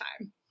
time